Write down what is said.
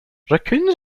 raccoons